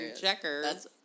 checkers